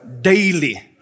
daily